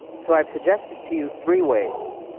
so, i've suggested to you three ways,